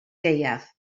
gaeaf